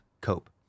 cope